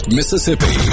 Mississippi